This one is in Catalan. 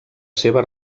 seva